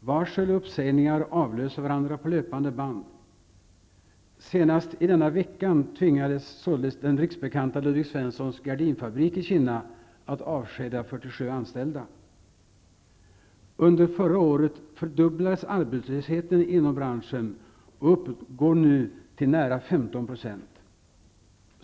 Varsel och uppsägningar avlöser varandra på löpande band. Senast i denna veckan tvingades således den riksbekanta Ludvig anställda. Under förra året fördubblades arbetslösheten inom branschen, och den uppgår nu till nära 15 %.